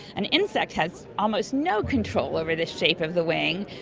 an insect has almost no control over the shape of the wing.